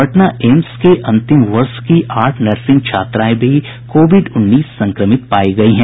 Patna AIIMS के अंतिम वर्ष की आठ नर्सिंग छात्राएं भी कोविड उन्नीस संक्रमित पायी गयी हैं